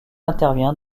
intervient